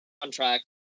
contract